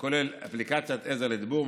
הכולל אפליקציית עזר לדיבור,